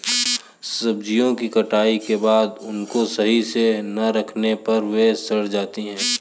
सब्जियों की कटाई के बाद उनको सही से ना रखने पर वे सड़ जाती हैं